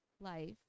life